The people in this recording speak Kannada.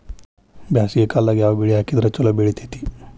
ಬ್ಯಾಸಗಿ ಕಾಲದಾಗ ಯಾವ ಬೆಳಿ ಹಾಕಿದ್ರ ಛಲೋ ಬೆಳಿತೇತಿ?